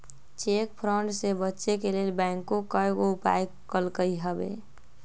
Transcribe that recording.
cheque fraud से बचे के लेल बैंकों कयगो उपाय कलकइ हबे